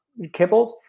kibbles